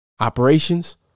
operations